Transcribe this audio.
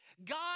God